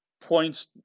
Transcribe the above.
points